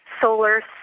solar